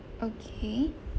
okay